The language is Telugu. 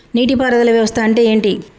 నీటి పారుదల వ్యవస్థ అంటే ఏంటి?